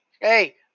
hey